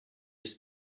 ist